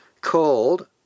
called